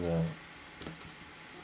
yeah